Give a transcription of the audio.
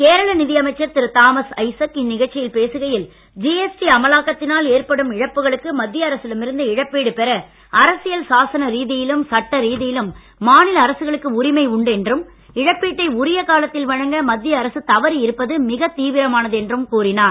கேரள நிதி அமைச்சர் திரு தாமஸ் ஐசக் இந்நிகழ்ச்சியில் பேசுகையில் ஜிஎஸ்டி அமலாக்கத்தினால் ஏற்படும் இழப்புகளுக்கு மத்திய அரசிடம் இருந்து இழப்பீடு பெற அரசியல் சாசன ரீதியலும் சட்ட ரீதியிலும் மாநில அரசுகளுக்கு உரிமை உண்டு என்றும் இழப்பீட்டை உரியகாலத்தில் வழங்க மத்திய அரசு தவறி இருப்பது மிக தீவிரமானது என்றும் கூறினார்